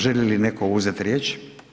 Želi li netko uzeti riječ?